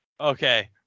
Okay